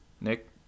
Nick